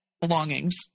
belongings